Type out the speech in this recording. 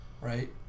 right